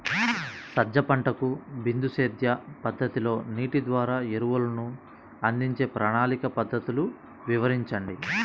సజ్జ పంటకు బిందు సేద్య పద్ధతిలో నీటి ద్వారా ఎరువులను అందించే ప్రణాళిక పద్ధతులు వివరించండి?